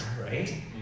right